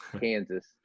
Kansas